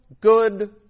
good